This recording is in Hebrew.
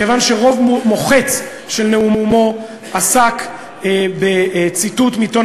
כיוון שרוב מוחץ של נאומו עסק בציטוט מעיתון